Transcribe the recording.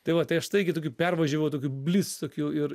tai vat tai aš tai irgi tokiu pervažiavau tokiu blic tokiu ir